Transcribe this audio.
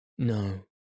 No